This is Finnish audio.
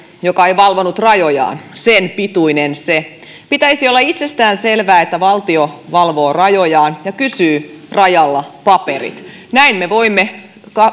joka ei valvonut rajojaan sen pituinen se pitäisi olla itsestään selvää että valtio valvoo rajojaan ja kysyy rajalla paperit näin me voimme